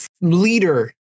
leader